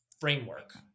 framework